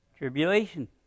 Tribulation